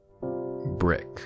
Brick